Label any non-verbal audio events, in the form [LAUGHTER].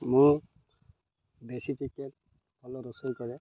ମୁଁ ବେଶୀ ଟିକେ [UNINTELLIGIBLE] ରୋଷେଇ କରେ